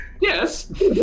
Yes